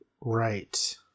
Right